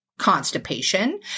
Constipation